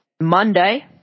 Monday